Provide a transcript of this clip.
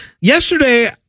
yesterday